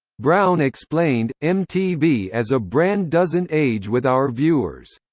brown explained, mtv as a brand doesn't age with our viewers.